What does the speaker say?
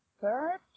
third